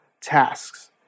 tasks